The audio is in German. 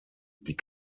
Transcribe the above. die